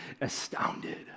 astounded